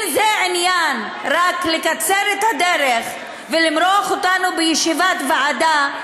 אם זה רק כדי לקצר את הדרך ולמרוח אותנו בישיבת ועדה,